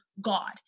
God